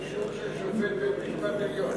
חוץ משופט בית-משפט עליון.